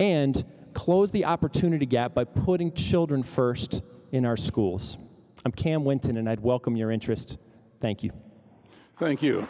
and close the opportunity gap by putting children first in our schools and cam went in and i'd welcome your interest thank you thank you